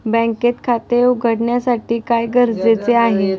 बँकेत खाते उघडण्यासाठी काय गरजेचे आहे?